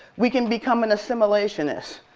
we can become an assimilationist.